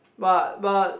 but but